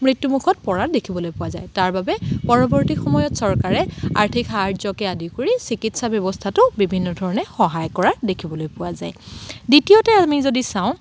মৃত্যুমুখত পৰা দেখিবলৈ পোৱা যায় তাৰ বাবে পৰৱৰ্তী সময়ত চৰকাৰে আৰ্থিক সাহাৰ্য্যকে আদি কৰি চিকিৎসা ব্যৱস্থাতো বিভিন্ন ধৰণে সহায় কৰা দেখিবলৈ পোৱা যায় দ্বিতীয়তে আমি যদি চাওঁ